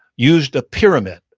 used a pyramid.